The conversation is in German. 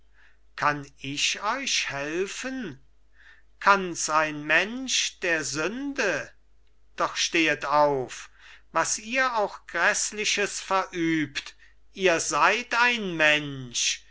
kann ich euch helfen kann's ein mensch der sünde doch stehet auf was ihr auch grässliches verübt ihr seid ein mensch